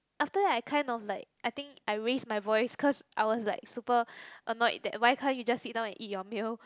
after that I kind of like I think I raise my voice cause I was like super annoyed that why can't you just sit down and eat your meal